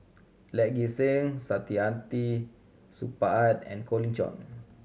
Lee Gek Seng Saktiandi Supaat and Colin Cheong